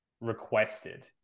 requested